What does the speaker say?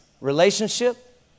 Relationship